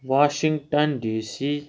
Washington DC